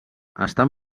estan